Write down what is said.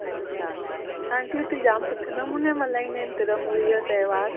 अच्छा आंटी उते जामु सुठे नमूने मल्हाईंदा आहिनि तिर मुरीअ जो तहिवारु